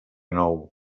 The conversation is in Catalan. nou